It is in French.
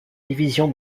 division